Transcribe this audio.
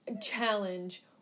challenge